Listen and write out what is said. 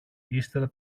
ύστερα